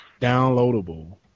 downloadable